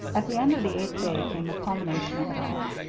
at the end of the eighth day came the culmination of it all.